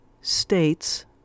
States